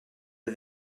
are